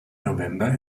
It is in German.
november